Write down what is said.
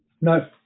No